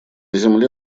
земле